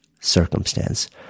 circumstance